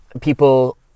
people